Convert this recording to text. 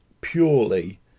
purely